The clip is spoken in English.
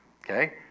Okay